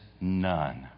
none